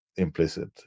implicit